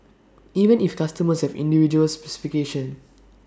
even if customers have individual specifications